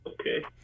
Okay